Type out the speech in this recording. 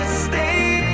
stay